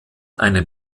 einen